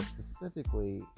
specifically